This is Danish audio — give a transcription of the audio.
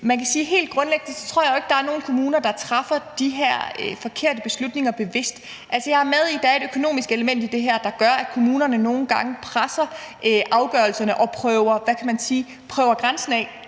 Man kan sige, at helt grundlæggende tror jeg jo ikke, der er nogen kommuner, der træffer de her forkerte beslutninger bevidst. Altså, jeg er med på, at der er et økonomisk element i det her, der gør, at kommunerne nogle gange presser afgørelserne og prøver, hvad